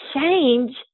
change